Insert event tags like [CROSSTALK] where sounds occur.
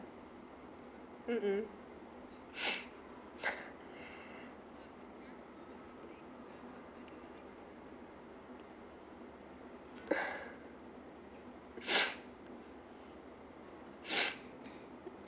mmhmm [LAUGHS] [BREATH]